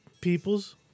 Peoples